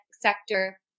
sector